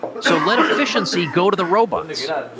so, let efficiency go to the robots.